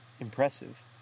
impressive